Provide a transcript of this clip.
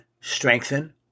strengthen